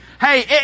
Hey